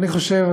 ואני חושב,